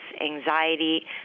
anxiety